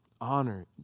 Honor